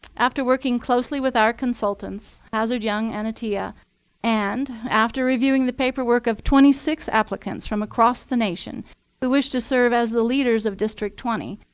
after working closely with our consultants, hazard, young, and attea, yeah and after reviewing the paperwork of twenty six applicants from across the nation who wish to serve as the leaders of district twenty,